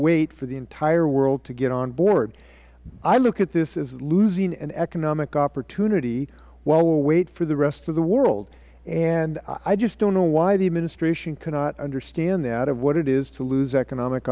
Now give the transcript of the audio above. wait for the entire world to get on board i look at this as losing an economic opportunity while we wait for the rest of the world and i just don't know why the administration cannot understand that of what it is to lose economic